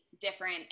different